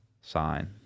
sign